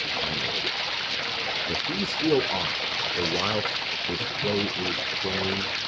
my lord if he steal aught the whilst this play is playing,